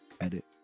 edit